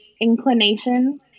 inclination